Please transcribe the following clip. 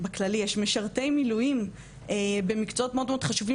בכללי יש משרתי מילואים במקצועות מאוד מאוד חשובים